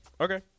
Okay